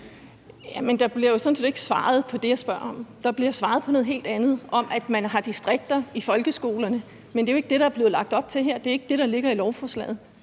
(V): Der bliver jo sådan set ikke svaret på det, jeg spørger om. Der bliver svaret på noget helt andet, der handler om, at man har distrikter i folkeskolerne, men det er jo ikke det, der er blevet lagt op til her. Det er ikke det, der ligger i lovforslaget.